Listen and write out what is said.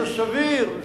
זה סביר,